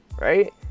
Right